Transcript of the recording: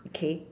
okay